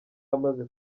amaze